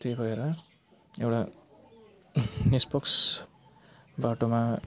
त्यही भएर एउटा निष्पक्ष बाटोमा